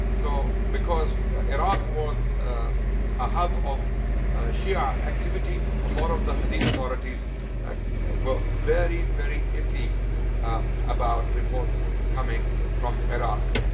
so because iraq was a hub of shia activity a lot of the hadith authorities were very very iffy about reports coming from iraq.